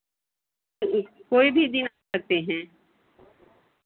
इस कोई भी दिन आ सकते हैं